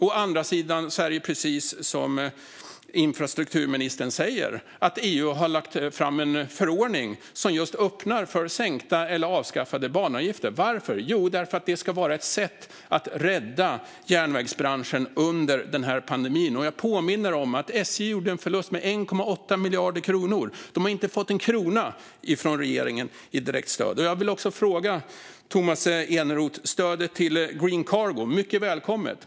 Å andra sidan är det precis som infrastrukturministern säger, alltså att EU har lagt fram en förordning som just öppnar för sänkta eller avskaffade banavgifter. Varför? Jo, därför att det ska vara ett sätt att rädda järnvägsbranschen under denna pandemi. Jag påminner om att SJ gjorde en förlust med 1,8 miljarder kronor. De har inte fått en krona från regeringen i direktstöd. Jag vill ställa en fråga till Tomas Eneroth. Stödet till Green Cargo är mycket välkommet.